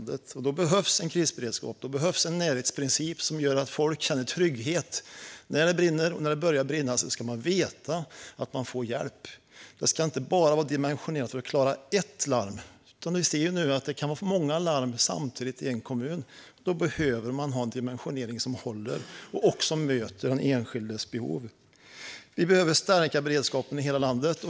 Då behövs det en krisberedskap och en närhetsprincip som gör att folk känner trygghet när det brinner. När det börjar brinna ska man veta att man får hjälp. Krisberedskapen ska inte vara dimensionerad bara för att klara ett larm. Det kan vara många larm samtidigt i en kommun. Då behövs det en dimensionering som håller och också möter de enskildas behov. Vi behöver stärka beredskapen i hela landet.